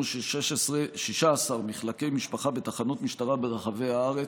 16 מחלקי משפחה בתחנות משטרה ברחבי הארץ,